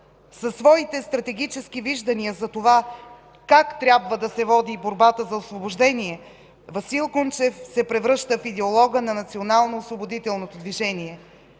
Със своите стратегически виждания за това как трябва да се води борбата за освобождение Васил Кунчев се превръща в идеолога на националноосвободителното движение.